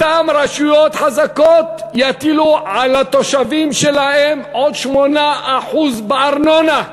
אותן רשויות חזקות יטילו על התושבים שלהן עוד 8% בארנונה.